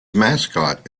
mascot